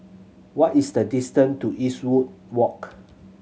what is the distance to Eastwood Walk